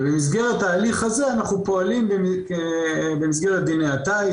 ובמסגרת ההליך הזה אנחנו פועלים במסגרת דיני הטיס,